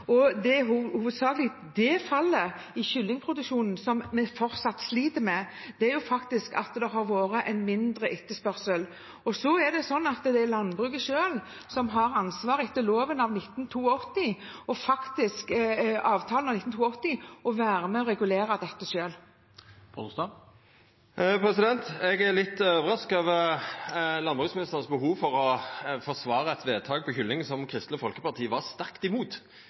fallet i kyllingproduksjonen som vi fortsatt sliter med, fordi det har vært mindre etterspørsel. Det er landbruket selv som har ansvaret etter avtalen av 1982 for å være med og regulere dette. Eg er litt overraska over behovet til landbruksministeren for å forsvara eit vedtak om kylling som Kristeleg Folkeparti var sterkt imot,